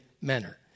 manner